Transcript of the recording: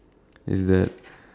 is that